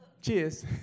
Cheers